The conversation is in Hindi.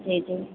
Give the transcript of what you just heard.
जी जी